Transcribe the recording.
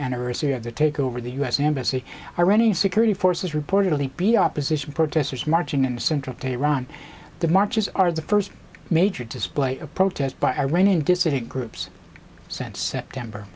anniversary of the takeover the us embassy iranian security forces reportedly opposition protesters marching in central tehran the marches are the first major display of protests by iranian dissident groups sent september